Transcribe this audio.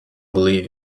believe